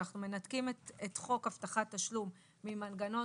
אנחנו מנתקים את חוק הבטחת תשלום ממנגנון